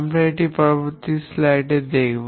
আমরা এটি পরবর্তী স্লাইডে দেখব